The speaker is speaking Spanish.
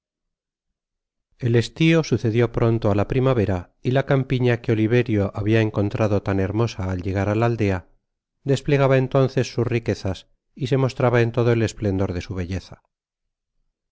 l eslio sucedió pronto á la primavera y la campiña que oliverio habia encontrado tan hermosa al llegar á la aldea desplegaba entonces sus riquezas y se mostraba en todo el esplendor de su belleza